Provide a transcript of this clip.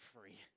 free